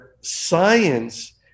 science